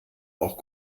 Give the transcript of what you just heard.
auch